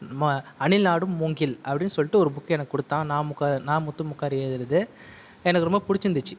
அணிலாடும் மூங்கில் அப்படின்னு சொல்லிட்டு ஒரு புக்கு எனக்கு கொடுத்தான் நா முக்க நா முத்துமுக்கார் எழுதினது எனக்கு ரொம்ப பிடிச்சிருந்துச்சி